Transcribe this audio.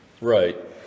right